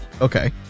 Okay